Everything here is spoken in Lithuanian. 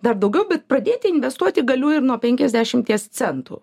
dar daugiau bet pradėti investuoti galiu ir nuo penkiasdešimties centų